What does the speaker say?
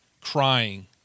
crying